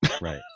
Right